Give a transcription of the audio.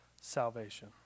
salvation